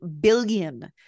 billion